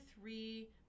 three